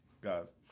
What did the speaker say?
guys